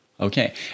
Okay